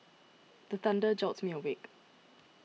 the thunder jolt me awake